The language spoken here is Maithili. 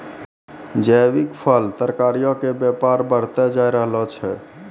जैविक फल, तरकारीयो के व्यापार बढ़तै जाय रहलो छै